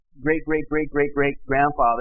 great-great-great-great-great-grandfather